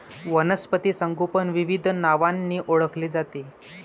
वनस्पती संगोपन विविध नावांनी ओळखले जाते